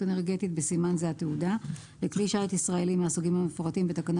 אנרגטית (בסימן זה התעודה) לכלי שיט ישראלי מהסוגים המפורטים בתקנה